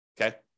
Okay